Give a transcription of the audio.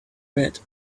red